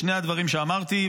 בשני הדברים שאמרתי,